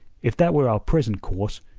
if that were our present course,